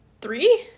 three